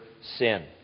sin